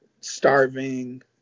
starving